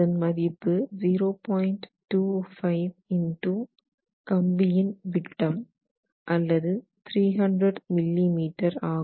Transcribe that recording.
25 x கம்பியின் விட்டம் அல்லது 300 மில்லி மீட்டர் ஆகும்